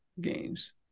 games